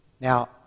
Now